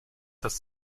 das